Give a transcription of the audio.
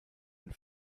and